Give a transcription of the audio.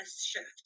shift